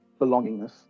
belongingness